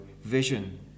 vision